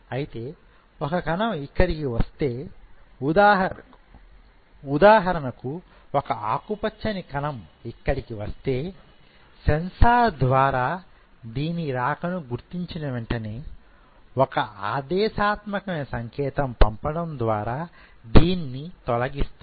అయితే ఒక కణం ఇక్కడికి వస్తే ఉదాహరణకు ఒక ఆకుపచ్చని కణం ఇక్కడికి వస్తే సెన్సార్ ద్వారా దీని రాకను గుర్తించిన వెంటనే ఒక ఆదేశాత్మకమైన సంకేతం పంపడం ద్వారా దీన్ని తొలగిస్తాం